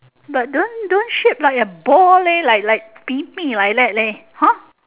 but don't don't shape like a ball leh like like pee pee like that leh hor